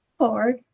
hard